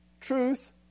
Truth